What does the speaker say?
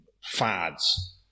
fads